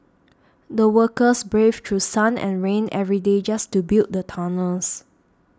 the workers braved through sun and rain every day just to build the tunnels